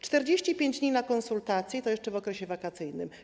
45 dni na konsultacje, i to jeszcze w okresie wakacyjnym.